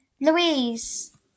Louise